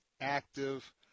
active